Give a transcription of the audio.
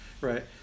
right